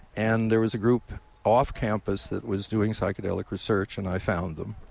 and there was a group off campus that was doing psychedelic research, and i found them.